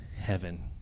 heaven